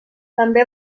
també